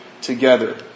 together